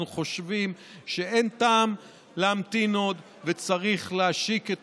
אנחנו חושבים שאין טעם להמתין עוד ושצריך להשיק את